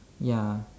ya